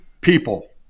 people